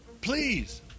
Please